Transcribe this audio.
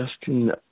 Justin